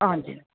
हां जी